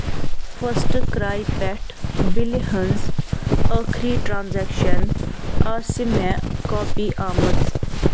first کرٛے پٮ۪ٹھٕ بِلہِ ہٕنٛز ٲخٕری ٹرٛانٛزیکشن ٲسہِ مےٚ کاپی آمٕژ